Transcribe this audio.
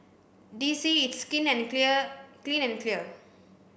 D C it's Skin and Clear Clean and Clear